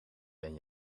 ben